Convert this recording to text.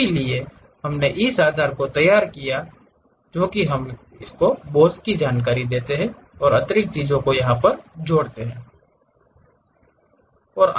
इसलिए हमने इस आधार को तैयार किया है कि हम बॉस की जानकारी अतिरिक्त चीजें जोड़ने जा रहे हैं